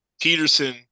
Peterson